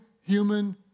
human